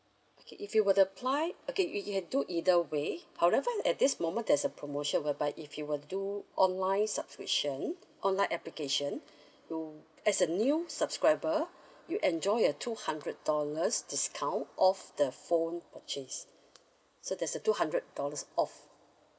okay if you were to apply okay you you can do either way however at this moment there's a promotion whereby if you were to do online subscription online application you as a new subscriber you enjoy a two hundred dollars discount off the phone purchase so there's a two hundred dollars off